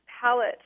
palette